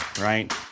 right